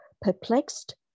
perplexed